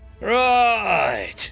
right